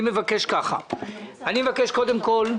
אני מבקש קודם כול,